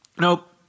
Nope